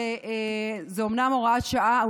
זו אומנם הוראת שעה,